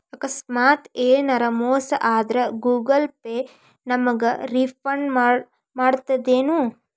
ಆಕಸ್ಮಾತ ಯೆನರ ಮೋಸ ಆದ್ರ ಗೂಗಲ ಪೇ ನಮಗ ರಿಫಂಡ್ ಮಾಡ್ತದೇನು?